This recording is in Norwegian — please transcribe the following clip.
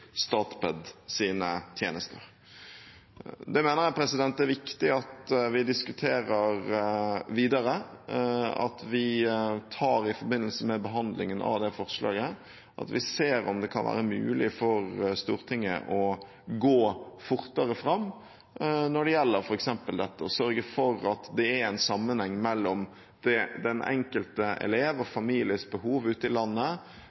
tjenester. Det mener jeg det er viktig at vi diskuterer videre, at vi i forbindelse med behandlingen av det forslaget ser om det kan være mulig for Stortinget å gå fortere fram når det gjelder f.eks. å sørge for at det er en sammenheng mellom den enkelte elev og families behov ute i landet